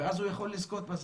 ואז הוא יכול לזכות בזה.